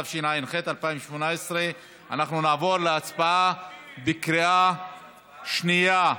התשע"ח 2018. אנחנו נעבור להצבעה בקריאה שנייה.